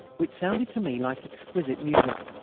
which sounded to me like exquisite music.